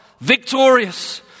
victorious